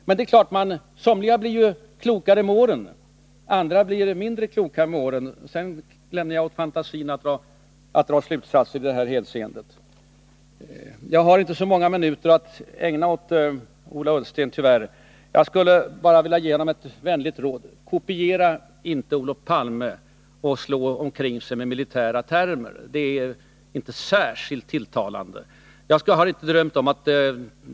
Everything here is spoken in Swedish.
Men somliga blir ju klokare med åren. Andra blir mindre kloka med åren. Jag lämnar åt fantasin att dra slutsatser. Jag har tyvärr inte så många minuter att ägna åt Ola Ullsten. Jag skulle bara vilja ge honom ett vänligt råd: Kopiera inte Olof Palmes sätt att slå omkring sig med militära termer! Det är inte särskilt tilltalande.